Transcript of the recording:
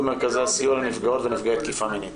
מרכזי הסיוע לנפגעות ונפגעי תקיפה מינית.